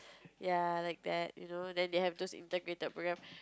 ya like that you know then they have those integrated program